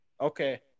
okay